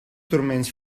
turments